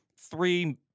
three